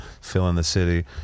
fill-in-the-city